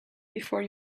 before